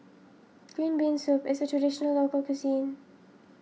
Green Bean Soup is a Traditional Local Cuisine